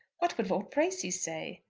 what would lord bracy say?